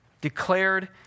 Declared